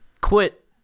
quit